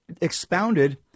expounded